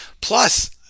Plus